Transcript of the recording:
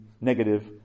negative